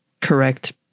correct